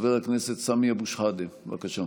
חבר הכנסת סמי אבו שחאדה, בבקשה.